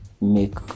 make